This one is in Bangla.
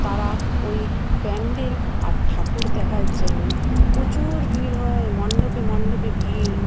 তারা ওই প্যান্ডেল আর ঠাকুর দেখার জন্য প্রচুর ভিড় হয় মণ্ডপে মণ্ডপে ভিড়